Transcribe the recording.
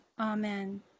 amen